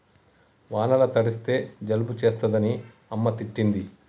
వానల తడిస్తే జలుబు చేస్తదని అమ్మ తిట్టింది